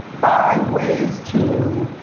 find ways to